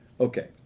Okay